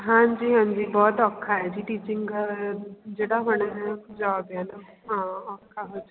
ਹਾਂਜੀ ਹਾਂਜੀ ਬਹੁਤ ਔਖਾ ਹੈ ਜੀ ਟੀਚਿੰਗ ਵਾਲਾ ਜਿਹੜਾ ਹੁਣ ਪੰਜਾਬ ਹਾਂ ਔਖਾ ਹੋ ਜਾਊ